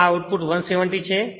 તો આ આઉટપુટ 170 છે